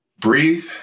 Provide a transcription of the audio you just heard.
breathe